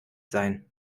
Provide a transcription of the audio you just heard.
sein